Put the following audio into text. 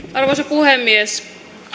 puhemies